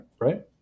right